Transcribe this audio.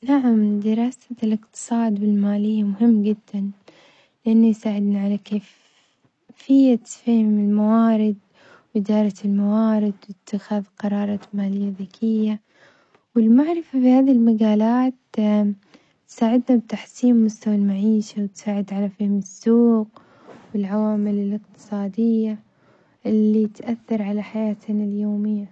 نعم دراسة الإقتصاد والمالية مهم جدًا لأنه يساعدنا على كيف-فية فهم الموارد وإدارة الموارد واتخاذ قرارات مالية ذكية، والمعرفة بهذي المجالات تساعدنا بتحسين مستوى المعيشة وتساعد على فهم السوق، والعوامل الإقتصادية اللي تأثر على حياتنا اليومية.